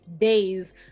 days